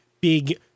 big